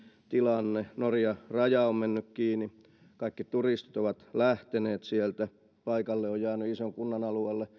tilanne norjan raja on mennyt kiinni kaikki turistit ovat lähteneet sieltä paikalle ovat ison kunnan alueelle